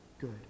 good